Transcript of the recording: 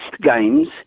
games